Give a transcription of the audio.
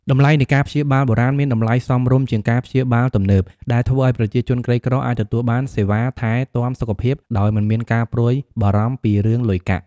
តម្លៃនៃការព្យាបាលបុរាណមានតម្លៃសមរម្យជាងការព្យាបាលទំនើប ដែលធ្វើឱ្យប្រជាជនក្រីក្រអាចទទួលបានសេវាថែទាំសុខភាពដោយមិនមានការព្រួយបារម្ភពីរឿងលុយកាក់។